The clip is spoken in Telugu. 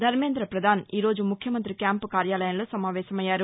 ధర్మేంద్ర పధాన్ ఈరోజు ముఖ్యమంతి క్యాంప్ కార్యాలయంలో సమావేశమయ్యారు